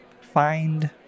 find